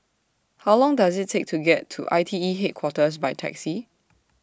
How Long Does IT Take to get to I T E Headquarters By Taxi